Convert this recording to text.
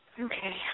Okay